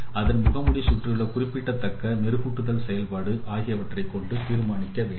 அதன் முகமூடியை சுற்றியுள்ள குறிப்பிடத்தக்க மெருகூட்டல் செயல்பாடு ஆகியவற்றைக் கொண்டு தீர்மானிக்க வேண்டும்